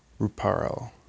Ruparel